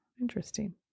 Interesting